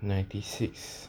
ninety six